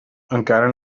encara